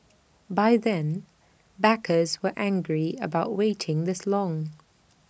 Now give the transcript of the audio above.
by then backers were angry about waiting this long